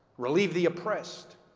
relieve the oppressed.